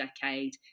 decade